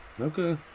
Okay